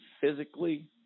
physically